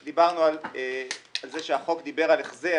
דיברנו על זה שהחוק דיבר על החזר,